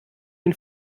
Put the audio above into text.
den